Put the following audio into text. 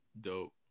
Dope